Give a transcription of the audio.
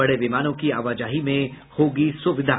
बड़े विमानों की आवाजाही में होगी सुविधा